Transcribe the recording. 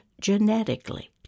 genetically